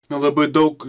nelabai daug